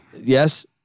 yes